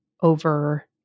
over